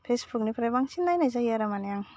फेसबुकनिफ्राय बांसिन नायनाय जायो आरो मानि आं